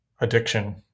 addiction